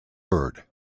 bird